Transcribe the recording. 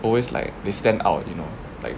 always like they stand out you know like